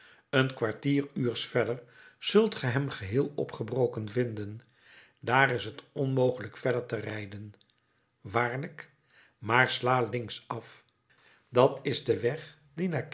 een kwartier uurs verder zult ge hem geheel opgebroken vinden daar is t onmogelijk verder te rijden waarlijk maar sla links af dat is de weg die naar